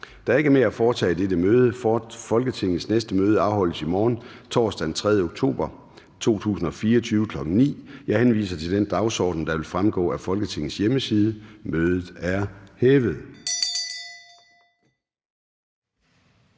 Der er ikke mere at foretage i dette møde. Folketingets næste møde afholdes i morgen, torsdag den 3. oktober 2024, kl. 9.00. Jeg henviser til den dagsorden, der vil fremgå af Folketingets hjemmeside. Kl.